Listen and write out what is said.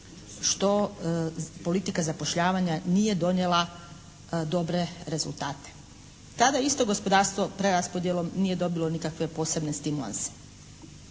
što politika zapošljavanja nije donijela dobre rezultate. Tada isto gospodarstvo preraspodjelom nije dobilo nikakve posebne stimulanse.